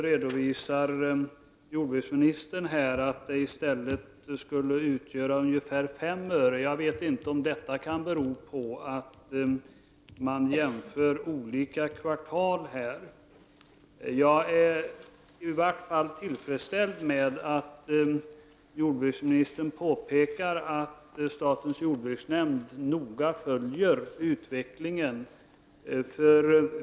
Men jordbruksministern redovisar här att det i stället skulle röra sig om ungefär 5 öre. Jag vet inte om denna skillnad beror på att jämförelsen gäller olika kvartal. I varje fall är jag tillfredsställd med jordbruksministerns påpekande om att statens jordbruksnämnd noga följer utvecklingen.